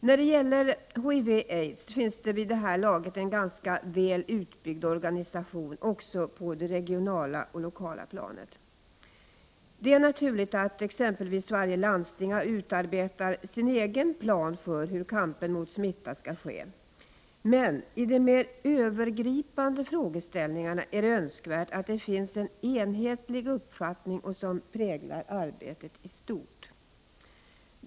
När det gäller HIV/aids finns det vid det här laget en ganska väl utbyggd organisation också på det regionala och lokala planet. Det är naturligt att exempelvis varje landsting utarbetar sin egen plan för hur kampen mot smitta skall bedrivas, men i de mer övergripande frågeställningarna är det önskvärt att det finns en enhetlig uppfattning, som präglar arbetet i stort.